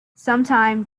sometime